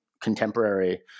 contemporary